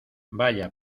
vaya